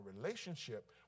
relationship